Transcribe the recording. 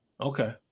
Okay